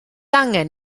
angen